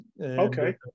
Okay